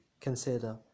consider